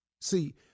See